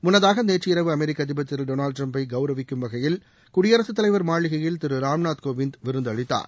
முன்னதாக நேற்று இரவு அமெரிக்க அதிபர் திரு டொனால்டு டிரம்பை கவுரவிக்கும் வகையில் குடியரசுத் தலைவர் மாளிகையில் திரு ராம்நாத் கோவிந்த் நேற்று விருந்தளித்தார்